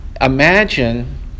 imagine